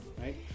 right